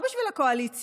לא בשביל הקואליציה,